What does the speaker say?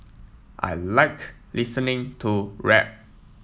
I like listening to rap